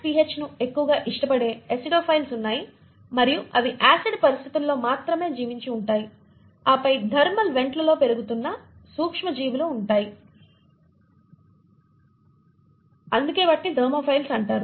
acid pHని ఎక్కువగా ఇష్టపడే అసిడోఫైల్స్ ఉన్నాయి మరియు అవి ఆసిడ్ పరిస్థితులలో మాత్రమే జీవించి ఉంటాయి ఆపై థర్మల్ వెంట్లలో పెరుగుతున్న సూక్ష్మజీవులను ఉంటాయి అందుకే వాటిని థర్మోఫిల్స్ అంటారు